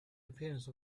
appearance